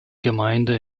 gemeinde